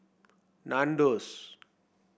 Nandos